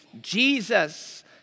Jesus